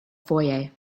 foyer